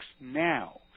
now